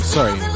Sorry